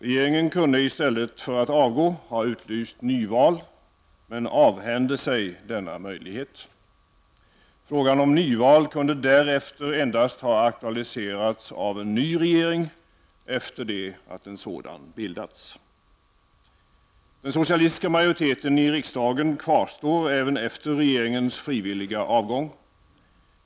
Regeringen kunde i stället för att avgå ha utlyst extra val, men avhände sig denna möjlighet. Frågan om extra val kan därefter endast aktualiseras av en ny regering, efter det att en sådan har bildats. Den socialistiska majoriteten i riksdagen kvarstår även efter regeringens frivilliga avgång.